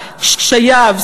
קשייו,